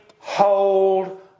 hold